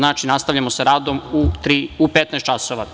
Nastavljamo sa radom u 15.00 časova.